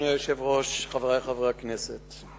אדוני היושב-ראש, חברי חברי הכנסת,